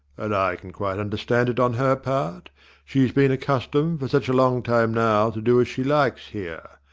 and i can quite understand it on her part she has been accustomed, for such a long time now, to do as she likes here.